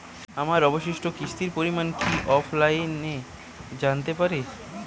আমার অবশিষ্ট কিস্তির পরিমাণ কি অফলাইনে জানতে পারি?